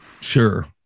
Sure